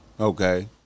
Okay